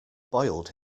boiled